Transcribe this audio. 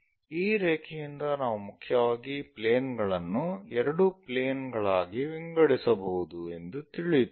ಈ ರೇಖೆಯಿಂದ ನಾವು ಮುಖ್ಯವಾಗಿ ಪ್ಲೇನ್ ಗಳನ್ನು ಎರಡು ಪ್ಲೇನ್ ಗಳಾಗಿ ವಿಂಗಡಿಸಬಹುದು ಎಂದು ತಿಳಿಯುತ್ತೇವೆ